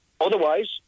Otherwise